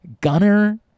Gunner